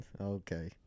okay